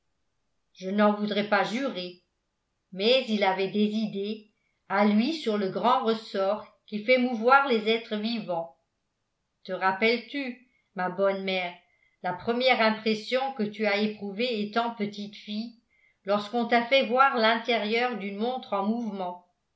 je n'en voudrais pas jurer mais il avait des idées à lui sur le grand ressort qui fait mouvoir les êtres vivants te rappellestu ma bonne mère la première impression que tu as éprouvée étant petite fille lorsqu'on t'a fait voir l'intérieur d'une montre en mouvement